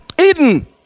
Eden